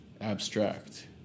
abstract